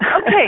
Okay